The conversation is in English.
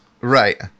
Right